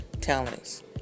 talents